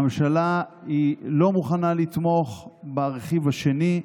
הממשלה לא מוכנה לתמוך ברכיב השני,